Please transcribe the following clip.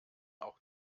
auch